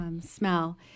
smell